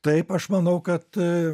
taip aš manau kad